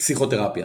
פסיכותרפיה